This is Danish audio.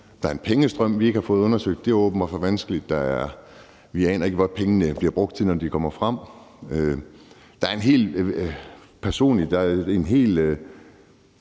der er en pengestrøm, vi ikke har fået undersøgt. Det er åbenbart for vanskeligt. Vi aner ikke, hvad pengene bliver brugt til, når de kommer frem. Der er også